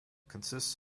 consists